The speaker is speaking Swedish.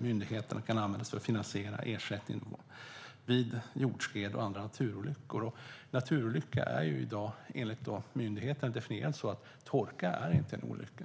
myndigheterna kan användas för att finansiera ersättning vid jordskred och andra naturolyckor. Naturolycka är enligt myndigheten i dag så definierat att torka inte är en olycka.